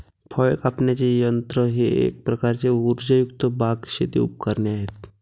फळ कापण्याचे यंत्र हे एक प्रकारचे उर्जायुक्त बाग, शेती उपकरणे आहे